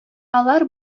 алар